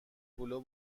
پلو